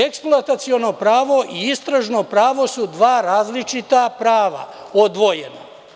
Eksploataciono pravo i istražno pravo su dva različita prava, odvojena.